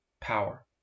power